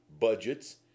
budgets